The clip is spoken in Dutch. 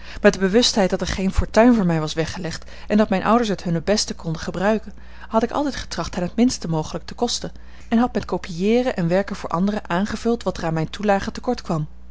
met de bewustheid dat er geene fortuin voor mij was weggelegd en dat mijne ouders het hunne best konden gebruiken had ik altijd getracht hen het minst mogelijke te kosten en had met copieeren en werken voor anderen aangevuld wat er aan mijne toelage te kort kwam